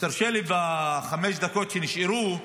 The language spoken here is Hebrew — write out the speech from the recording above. ותרשה לי בחמש הדקות שנשארו,